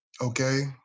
okay